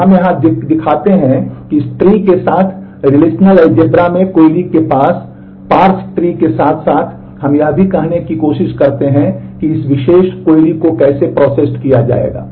तो यहाँ हम दिखाते हैं कि इस ट्री किया जाएगा